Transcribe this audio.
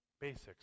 Basics